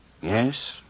Yes